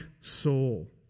soul